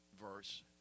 verse